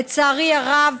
לצערי הרב,